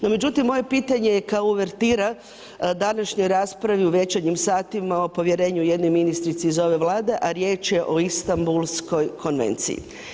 No međutim, moje pitanje je kao uvertira današnjoj raspravi u večernjim satima o povjerenju jednoj ministrici iz ove Vlade, a riječ je o Istanbulskoj konvenciji.